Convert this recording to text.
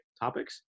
topics